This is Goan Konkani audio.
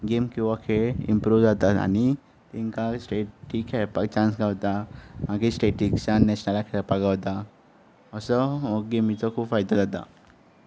गॅम किंवां खेळ इंप्रूव्ह जाता आनी तेंकां स्टेटीक खेळपाक चान्स गावता मागीर स्टेटीकसान नेशनलाक खेळपाक गावता असो हो गॅमीचो खूब फायदो जाता